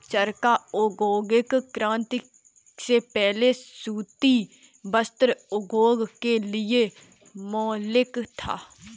चरखा औद्योगिक क्रांति से पहले सूती वस्त्र उद्योग के लिए मौलिक था